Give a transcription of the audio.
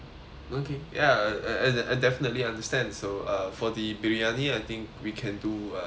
okay ya I I I definitely understand so uh for the biryani I think we can do uh lamb